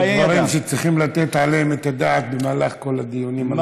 אלה דברים שצריך לתת עליהם את הדעת במהלך כל הדיונים על התקציב.